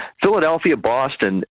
Philadelphia-Boston